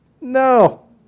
no